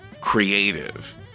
creative